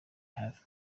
hafi